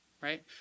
right